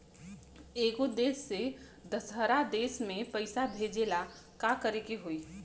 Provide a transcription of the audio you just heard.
एगो देश से दशहरा देश मे पैसा भेजे ला का करेके होई?